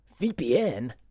VPN